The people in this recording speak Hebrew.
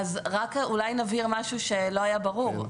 רק אולי נבהיר משהו שלא היה ברור,